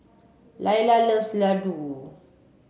Laila loves Ladoo